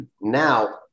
Now